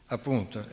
Appunto